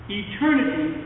eternity